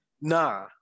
nah